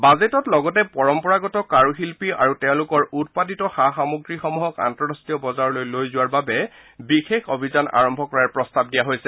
বাজেটত লগতে পৰম্পৰাগত কাৰুশিল্পী আৰু তেওঁলোকৰ উৎপাদিত সা সামগ্ৰীসমূহক আন্তঃৰাষ্ট্ৰীয় বজাৰলৈ লৈ যোৱাৰ বাবে বিশেষ অভিযান আৰম্ভ কৰাৰ প্ৰস্তাৱ দিয়া হৈছে